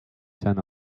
ten